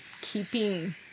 keeping